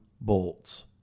bolts